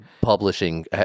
publishing